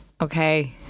okay